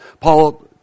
Paul